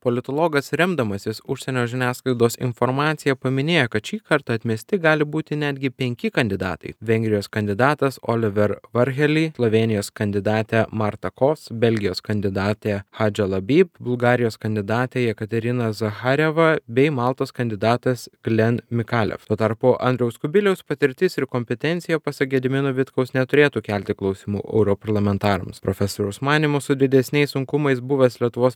politologas remdamasis užsienio žiniasklaidos informacija paminėjo kad šį kartą atmesti gali būti netgi penki kandidatai vengrijos kandidatas oliver varheli slovėnijos kandidatė marta kos belgijos kandidatė hadžela by bulgarijos kandidatė jekaterina zachareva bei maltos kandidatas glen mikalev tuo tarpu andriaus kubiliaus patirtis ir kompetencija pasak gedimino vitkaus neturėtų kelti klausimų europarlamentarams profesoriaus manymu su didesniais sunkumais buvęs lietuvos